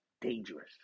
dangerous